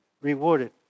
rewarded